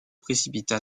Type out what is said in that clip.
précipita